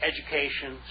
education